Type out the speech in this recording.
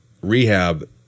rehab